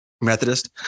Methodist